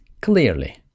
clearly